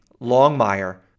Longmire